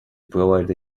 provide